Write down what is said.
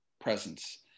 presence